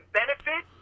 benefit